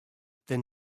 then